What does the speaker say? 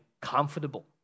comfortable